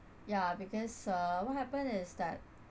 ya because uh what happen is that